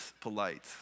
polite